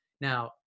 Now